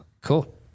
Cool